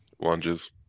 lunges